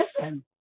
listen